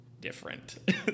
different